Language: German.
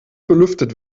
belüftet